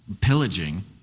Pillaging